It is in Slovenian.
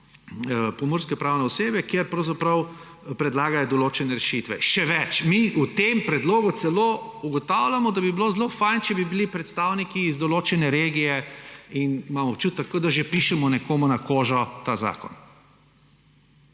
pomurske pravne osebe, ki je pravzaprav predlagala določene rešitve. Še več, mi v tem predlogu celo ugotavljamo, da bi bilo zelo fino, če bi bili predstavniki iz določene regije; in imam občutek, kot da že pišemo nekomu na kožo ta zakon.